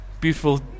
beautiful